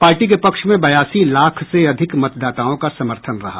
party के पक्ष में बयासी लाख से अधिक मतदाताओं का समर्थन रहा